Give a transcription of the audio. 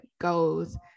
goals